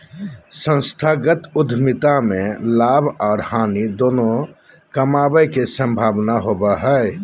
संस्थागत उद्यमिता में लाभ आर हानि दोनों कमाबे के संभावना होबो हय